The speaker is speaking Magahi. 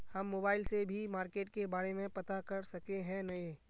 हम मोबाईल से भी मार्केट के बारे में पता कर सके है नय?